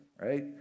right